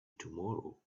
tomorrow